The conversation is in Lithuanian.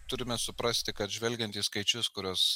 turime suprasti kad žvelgiant į skaičius kuriuos